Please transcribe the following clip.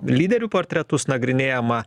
lyderių portretus nagrinėjama